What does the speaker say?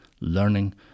learning